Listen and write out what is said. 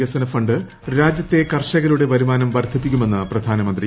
വികസന ഫണ്ട് രാജ്യത്തെ കർഷകരുടെ വരുമാനം വർദ്ധിപ്പിക്കുമെന്ന് പ്രധാനമന്ത്രി